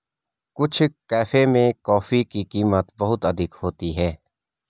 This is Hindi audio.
कुछ कैफे में कॉफी की कीमत बहुत अधिक होती है